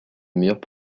meilleures